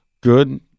good